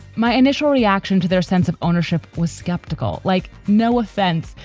my initial reaction to their sense of ownership was skeptical, like, no offense,